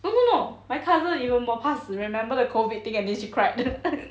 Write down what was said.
no no no my cousin or even more 怕死 remember the COVID thing and then she cried